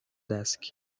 desk